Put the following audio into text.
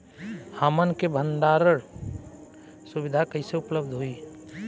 हमन के भंडारण सुविधा कइसे उपलब्ध होई?